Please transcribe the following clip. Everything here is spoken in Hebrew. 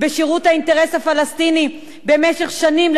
בשירות האינטרס הפלסטיני במשך שנים,